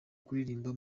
kuririmba